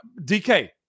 DK